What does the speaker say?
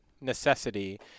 necessity